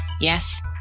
Yes